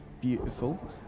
Beautiful